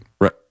Right